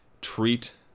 treat